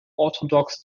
orthodox